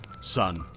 son